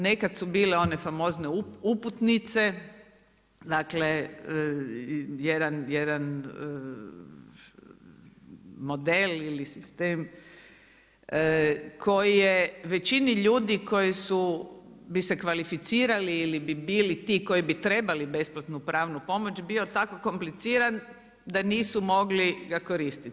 Nekad su bile one famozne uputnice, dakle jedan model ili sistem koji je većini ljudi koji su, bi se kvalificirali ili bi bili ti koji bi trebali besplatnu pravnu pomoć bio tako kompliciran da nisu mogli ga koristiti.